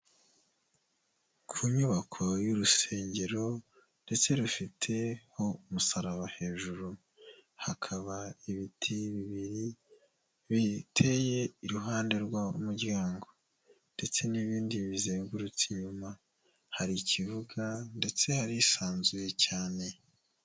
Ku nyubako y'urusengero ndetse rufiteho umusaraba hejuru, hakaba ibiti bibiri biteye iruhande rw'umuryango ndetse n'ibindi bizengurutse inyuma, hari ikibuga ndetse harisanzuye cyane.